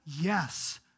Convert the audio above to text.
Yes